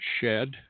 shed